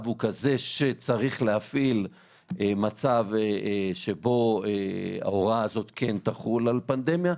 הוא כזה שצריך להפעיל מצב שבו ההוראה הזאת כן תחול על פנדמיה,